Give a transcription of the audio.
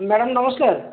madam ନମସ୍କାର